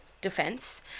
defense